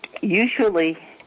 usually